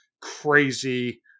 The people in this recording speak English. crazy